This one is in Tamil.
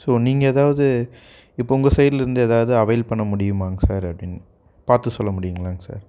ஸோ நீங்கள் எதாவது இப்போது உங்கள் சைட்டில் இருந்து எதாவது அவைல் பண்ண முடியுமாங் சார் அப்படின் பார்த்து சொல்ல முடியுங்களாங் சார்